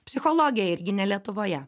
psichologiją irgi ne lietuvoje